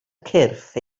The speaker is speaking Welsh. cyrff